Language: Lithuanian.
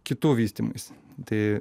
kitų vystymuisi tai